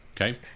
Okay